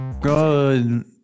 Good